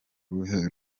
ruhe